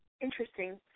interesting